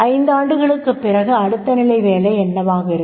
5 ஆண்டுகளுக்குப் பிறகு அடுத்த நிலை வேலை என்னவாக இருக்கும்